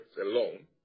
alone